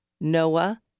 Noah